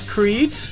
Creed